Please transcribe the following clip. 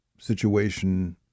situation